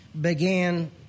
began